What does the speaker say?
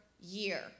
year